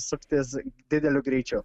suktis dideliu greičiu